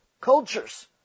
cultures